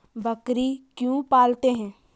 बकरी क्यों पालते है?